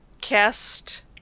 cast